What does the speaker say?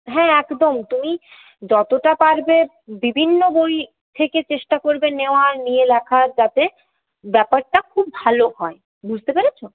হ্যাঁ একদম তুমি যতটা পারবে বিভিন্ন বই থেকে চেষ্টা করবে নেওয়ার নিয়ে লেখার যাতে ব্যাপারটা খুব ভালো হয় বুঝতে পেরেছো